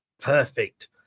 Perfect